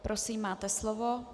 Prosím, máte slovo.